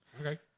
okay